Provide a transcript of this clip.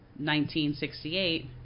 1968